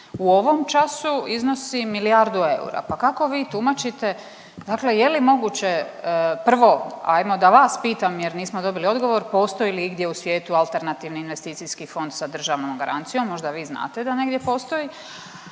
u ovom času iznosi milijardu eura. Pa kako vi tumačite dakle je li moguće, prvo ajmo da vas pitam jer nismo dobili odgovor, postoji li igdje u svijetu alternativni investicijski fond sa državnom garancijom? Možda vi znate da negdje postoji.